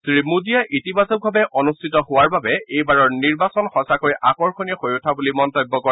শ্ৰীমোদীয়ে ইতিবাচকভাৱে অনুষ্ঠিত হোৱাৰ বাবে এইবাৰৰ নিৰ্বাচন সঁচাকৈ আকৰ্ষণীয় হৈ উঠা বুলি মন্তব্য কৰে